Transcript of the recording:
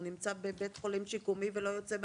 הוא נמצא בבית חולים שיקומי ולא יוצא מהמיטה.